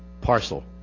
parcel